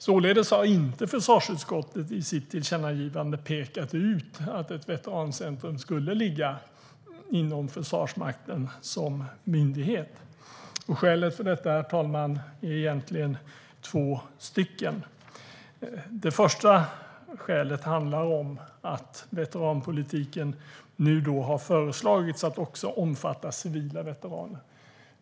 Således har försvarsutskottet i sitt tillkännagivande inte pekat ut att ett veteranscentrum skulle ligga inom Försvarsmakten som myndighet. Skälen för detta är egentligen två. Det första skälet är att veteranpolitiken nu alltså har föreslagits omfatta också civila veteraner.